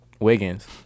Wiggins